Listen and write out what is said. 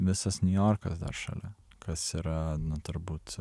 visas niujorkas šalia kas yra na turbūt